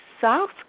South